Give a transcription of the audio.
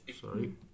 Sorry